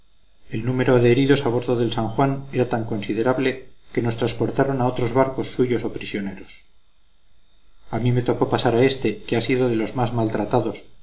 el número de heridos a bordo del san juan era tan considerable que nos transportaron a otros barcos suyos o prisioneros a mí me tocó pasar a éste que ha sido de los más maltratados